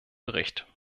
bericht